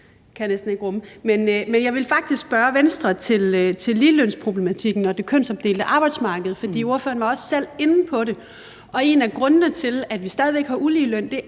jeg vil faktisk spørge Venstre om ligestillingsproblematikken og det kønsopdelte arbejdsmarked, for ordføreren var også selv inde på det. En af grundene til, at vi stadig væk har uligeløn,